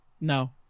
No